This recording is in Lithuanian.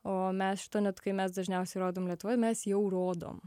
o mes šito net kai mes dažniausiai rodom lietuvoj mes jau rodom